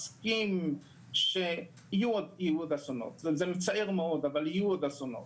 אסונות, זה מצער מאוד אבל יהיו עוד אסונות,